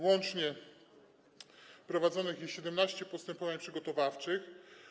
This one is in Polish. Łącznie prowadzonych jest 17 postępowań przygotowawczych.